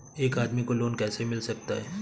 एक आदमी को लोन कैसे मिल सकता है?